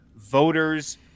voters